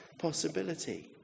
possibility